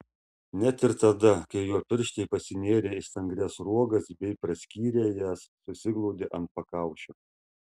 net ir tada kai jo pirštai pasinėrė į stangrias sruogas bei praskyrę jas susiglaudė ant pakaušio